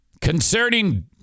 Concerning